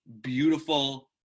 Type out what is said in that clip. beautiful